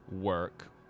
work